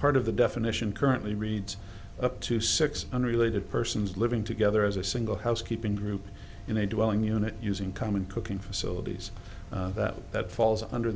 part of the definition currently reads up to six unrelated persons living together as a single housekeeping group in a dwelling unit using common cooking facilities that that falls under